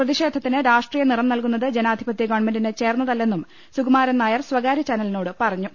പ്രതിഷേധത്തിന് രാഷ്ട്രീയ നിറം നൽകുന്നത് ജനാധിപത്യ ഗവൺമെന്റിന് ചേർന്നതല്ലെന്നും സുകുമാരൻനായർ സ്ഥകാര്യ ചാനലിനോട് പറഞ്ഞു